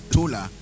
Tola